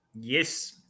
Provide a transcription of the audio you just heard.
Yes